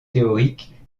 théorique